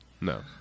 no